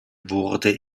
wurde